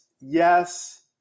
yes